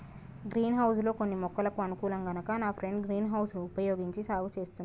green house లో కొన్ని మొక్కలకు అనుకూలం కనుక నా ఫ్రెండు గ్రీన్ హౌస్ వుపయోగించి సాగు చేస్తున్నాడు